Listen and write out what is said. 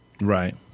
Right